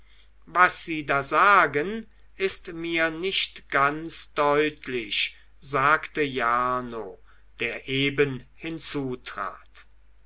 was sie da sagen ist mir nicht ganz deutlich sagte jarno der eben